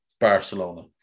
Barcelona